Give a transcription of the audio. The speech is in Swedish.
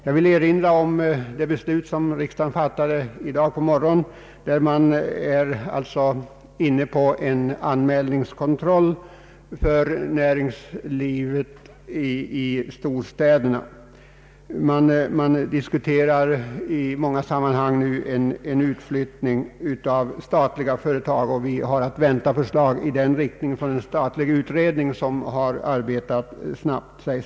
Jag vill också erinra om det beslut som riksdagen fattade i dag på förmiddagen där man är inne på tanken om anmälningskontroll för nyetablering eller utvidgning av företag i storstäderna. Man diskuterar i många sammanhang en utflyttning av statliga företag, och vi har att vänta förslag i den riktningen från en statlig utredning, som sägs ha arbetat snabbt.